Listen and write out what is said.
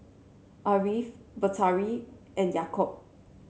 Ariff Batari and Yaakob